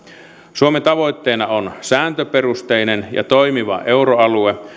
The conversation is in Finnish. suomen tavoitteena on sääntöperusteinen ja toimiva euroalue